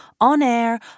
on-air